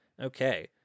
okay